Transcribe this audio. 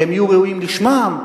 שהם יהיו ראויים לשמם,